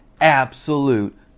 Absolute